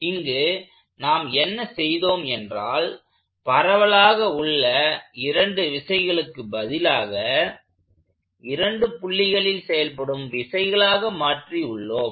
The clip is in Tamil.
இங்கு நாம் என்ன செய்தோம் என்றால் பரவலாக உள்ள இரண்டு விசைகளுக்கு பதிலாக இரண்டு புள்ளிகளில் செயல்படும் விசைகளாக மாற்றி உள்ளோம்